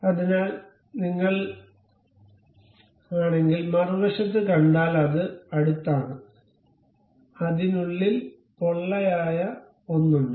അതിനാൽ നിങ്ങൾ ആണെങ്കിൽ മറുവശത്ത് കണ്ടാൽ അത് അടുത്താണ് അതിനുള്ളിൽ പൊള്ളയായ ഒന്ന് ഉണ്ട്